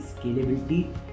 scalability